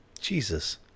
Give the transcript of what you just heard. Jesus